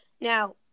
Now